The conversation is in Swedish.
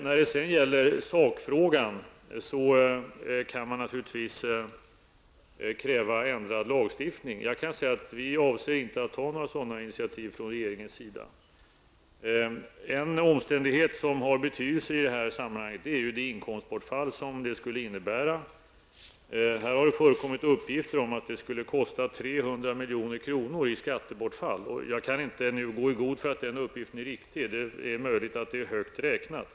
När det sedan gäller sakfrågan vill jag säga att man naturligtvis kan kräva ändrad lagstiftning. Från regeringens sida avser vi inte att ta några sådana initiativ. En omständighet som har betydelse i sammanhanget är det inkomstbortfall som det skulle innebära. Här har förekommit uppgifter om att det skulle kosta 300 milj.kr. i skattebortfall. Jag kan nu inte gå i god för att den uppgiften är riktig -- det är möjligt att det är högt räknat.